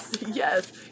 Yes